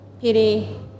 pity